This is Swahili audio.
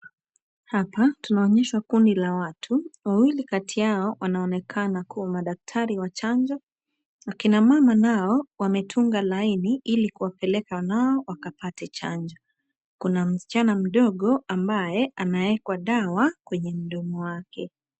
Hapa tunaonyeshwa kundi la watu. Wawili kati yao wanaonekana kua madaktari wa chanjo. Akina mama nao wametunga laini ili kuwapeleka nao wakapate chanjo. Kuna msichana mdogo ambaye anaekwa dawa kwenye mdomo wake.